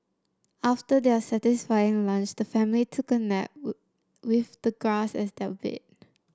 after their satisfying lunch the family took a nap with the grass as their bed